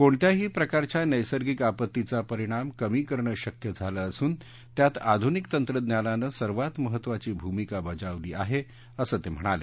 कोणत्याही प्रकारच्या नैसर्गिक आपत्तीचा परिणाम कमी करणं शक्य झालं असून त्यात आधुनिक तंत्रज्ञानानं सर्वात महत्त्वाची भूमिका बजावली आहे असं ते म्हणाले